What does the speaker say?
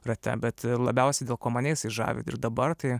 rate bet labiausiai dėl ko mane jisai žavi ir dabar tai